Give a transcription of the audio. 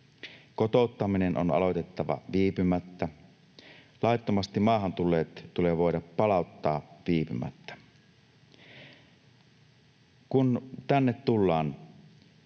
Kotouttaminen on aloitettava viipymättä. Laittomasti maahan tulleet tulee voida palauttaa viipymättä. Kun tänne tullaan,